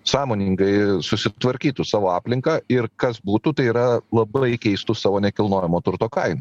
sąmoningai susitvarkytų savo aplinką ir kas būtų tai yra labai keistų savo nekilnojamo turto kainą